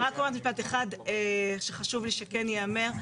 רק אומר משפט אחד שחשוב לי שכן ייאמר.